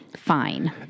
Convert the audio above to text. fine